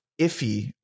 iffy